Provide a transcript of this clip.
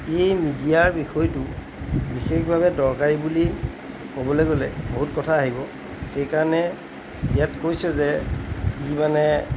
এই মিডিয়াৰ বিষয়টো বিশেষভাৱে দৰকাৰী বুলি ক'বলৈ গ'লে বহুত কথা আহিব সেইকাৰণে ইয়াত কৈছোঁ যে ই মানে